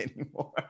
anymore